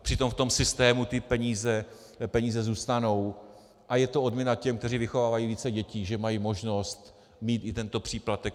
Přitom v tom systému ty peníze zůstanou a je to odměna těm, kteří vychovávají více dětí, že mají možnost mít i tento příplatek.